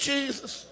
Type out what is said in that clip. Jesus